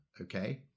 okay